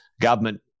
government